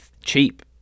cheap